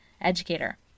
educator